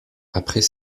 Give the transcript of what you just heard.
après